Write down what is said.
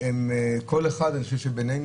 אני חושב שכל אחד מאתנו,